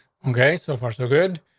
okay. so far, so good.